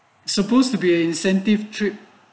supposed to be a incentive trip